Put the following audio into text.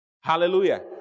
Hallelujah